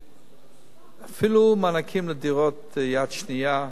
אפילו מענקים לדירות יד שנייה,